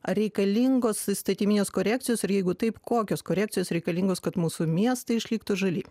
ar reikalingos įstatyminės korekcijos ir jeigu taip kokios korekcijos reikalingos kad mūsų miestai išliktų žali